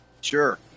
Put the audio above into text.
Sure